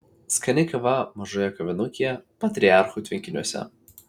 skani kava mažoje kavinukėje patriarchų tvenkiniuose